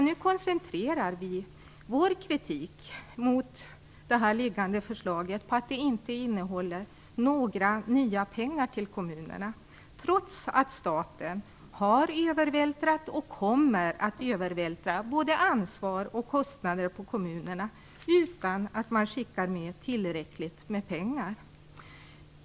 Nu koncentrerar vi vår kritik mot det liggande förslaget på att det inte innehåller några nya pengar till kommunerna, trots att staten har övervältrat och kommer att övervältra både ansvar och kostnader på kommunerna utan att man skickar med tillräckligt med pengar.